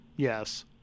Yes